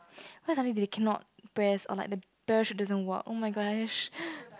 what if suddenly they cannot press or like the parachute doesn't work oh my gosh